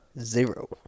Zero